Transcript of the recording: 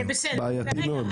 בעייתי מאוד.